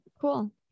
Cool